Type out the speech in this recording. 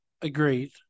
Agreed